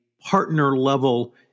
partner-level